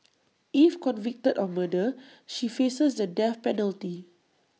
if convicted of murder she faces the death penalty